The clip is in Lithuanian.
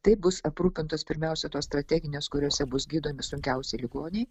taip bus aprūpintos pirmiausia tos strateginės kuriose bus gydomi sunkiausi ligoniai